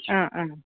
ആ ആ